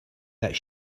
that